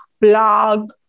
blog